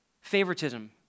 Favoritism